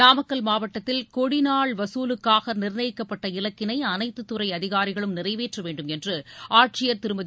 நாமக்கல் மாவட்டத்தில் கொடிநாள் வசூலுக்காக நிர்ணயிக்க இலக்கினை அனைத்து துறை அதிகாரிகளும் நிறைவேற்ற வேண்டுமென்று ஆட்சியர் திருமதி